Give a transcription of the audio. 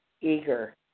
eager